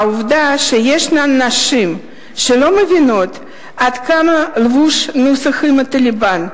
העובדה שיש נשים שלא מבינות עד כמה לבוש נוסח "אמא טליבאן"